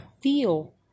feel